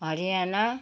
Haryana